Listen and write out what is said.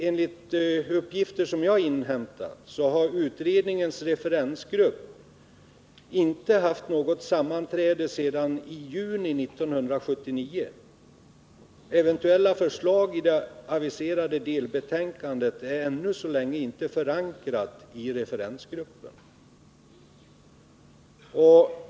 Enligt uppgifter som jag har inhämtat har utredningens referensgrupp inte haft något sammanträde sedan i juni 1979. Eventuella förslag i det aviserade delbetänkandet är än så länge inte förankrade i referensgruppen.